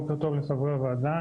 בוקר טוב לחברי הוועדה,